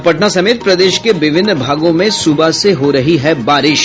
और पटना समेत प्रदेश के विभिन्न भागों में सुबह से हो रही है बारिश